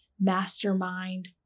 mastermind